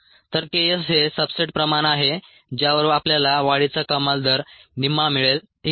तर K s हे substrate प्रमाण आहे ज्यावर आपल्याला वाढीचा कमाल दर निम्मा मिळेल ठीक आहे